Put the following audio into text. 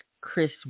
Chris